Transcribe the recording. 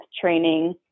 training